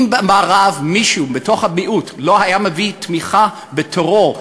אם במערב מישהו מתוך המיעוט היה מביע תמיכה בטרור,